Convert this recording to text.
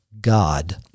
God